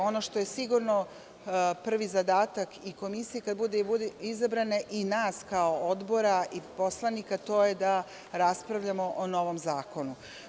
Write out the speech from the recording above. Ono što je sigurno prvi zadatak i Komisije kada bude izabrana i nas kao Odbora i poslanika, to je da raspravljamo o novom zakonu.